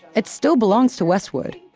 it still belongs to westwood.